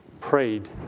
prayed